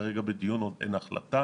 כרגע זה בדיון, עוד אין החלטה.